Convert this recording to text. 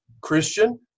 Christian